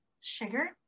sugar